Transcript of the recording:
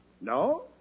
No